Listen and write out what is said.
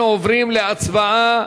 אנחנו עוברים להצבעה,